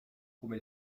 come